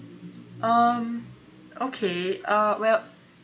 um okay uh well